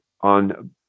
on